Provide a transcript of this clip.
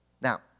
Now